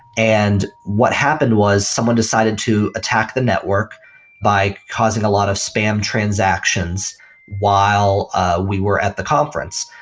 and what happened was someone decided to attack the network by causing a lot of spam transactions while we were at the conference.